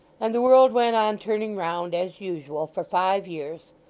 and the world went on turning round, as usual, for five years,